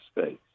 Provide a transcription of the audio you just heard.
States